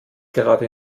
gerade